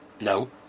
No